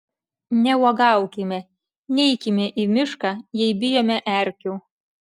neuogaukime neikime į mišką jei bijome erkių